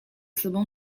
sobą